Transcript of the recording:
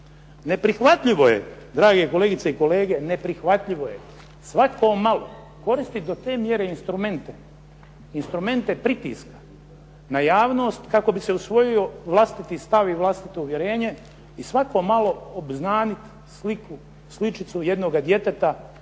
situacija iz koje nema izlaza. Neprihvatljivo je svako malo koristiti do te mjere instrumente pritiska na javnost kako bi se usvojio vlastiti stav i vlastito uvjerenje i svako malo obznaniti sličicu jednoga djeteta,